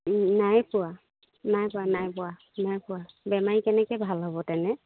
নাই পোৱা নাই পোৱা নাই পোৱা নাই পোৱা বেমাৰী কেনেকৈ ভাল হ'ব তেনেকৈ